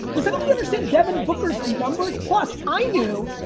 does anybody ever seen devin booker's numbers? plus i knew,